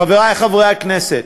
חברי חברי הכנסת,